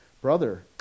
brother